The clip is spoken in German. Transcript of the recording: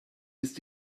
ist